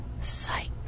sight